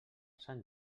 sant